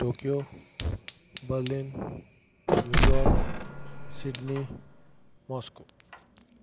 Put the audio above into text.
Tokyo Berlin New York Sydney Moscow